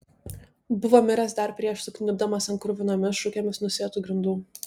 buvo miręs dar prieš sukniubdamas ant kruvinomis šukėmis nusėtų grindų